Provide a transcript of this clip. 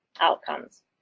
outcomes